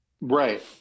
Right